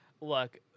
Look